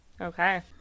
Okay